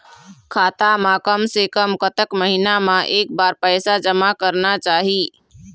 खाता मा कम से कम कतक महीना मा एक बार पैसा जमा करना चाही?